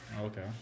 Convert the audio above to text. Okay